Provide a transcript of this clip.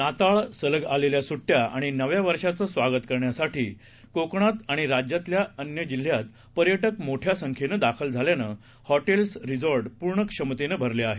नाताळ सलग आलेल्या सुट्या आणि नव्या वर्षांचं स्वागत करण्यासाठी कोकणासह राज्यातल्या जिल्ह्यात पर्यटक मोठ्या संख्येनं दाखल झाल्यानं हॉटेल्स रिसॉर्ट पूर्ण क्षमतेनं भरले आहेत